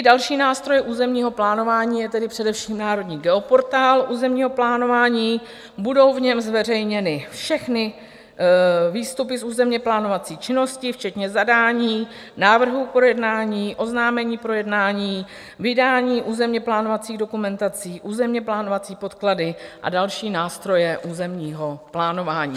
Další nástroje územního plánování je tedy především Národní geoportál územního plánování, budou v něm zveřejněny všechny výstupy z územněplánovací činnosti včetně zadání návrhů k projednání, oznámení projednání, vydání územněplánovacích dokumentací, územněplánovací podklady a další nástroje územního plánování.